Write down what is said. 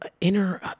inner